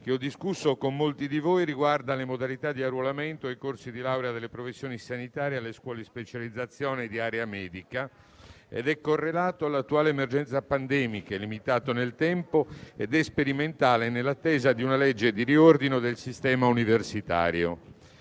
che ho discusso con molti di voi, riguarda le modalità di arruolamento ai corsi di laurea delle professioni sanitarie ed alle scuole di specializzazione di area medica; esso è correlato all'attuale emergenza pandemica, è limitato nel tempo ed è sperimentale, nell'attesa di una legge di riordino del sistema universitario.